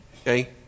Okay